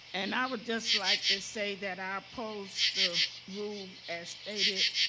and i would just like to say that i oppose the rule as stated,